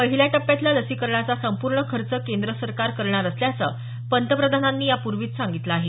पहिल्या टप्प्यातल्या लसीकरणाचा संपूर्ण खर्च केंद्र सरकार करणार असल्याचं पंतप्रधानांनी यापूर्वीच सांगितलं आहे